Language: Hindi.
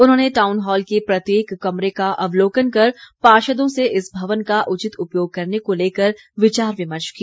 उन्होंने टाउन हॉल के प्रत्येक कमरे का अवलोकन कर पार्षदों से इस भवन का उचित उपयोग करने को लेकर विचार विमर्श किया